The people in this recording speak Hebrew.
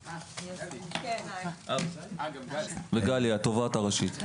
וגלי לוי, התובעת הראשית.